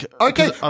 Okay